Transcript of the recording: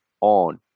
on